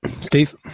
Steve